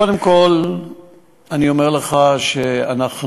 קודם כול אני אומר לך שאנחנו,